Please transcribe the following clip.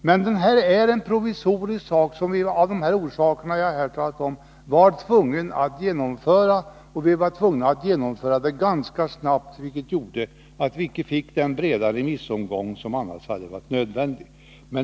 Men det här är ett provisorium som vi av skäl som jag här har redogjort för var tvungna att genomföra, och vi var tvungna att genomföra det ganska snabbt, vilket gjorde att vi icke fick den breda remissomgång som annars hade varit nödvändig.